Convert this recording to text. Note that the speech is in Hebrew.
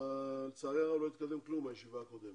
לצערי הרב לא התקדם כלום מהישיבה הקודמת.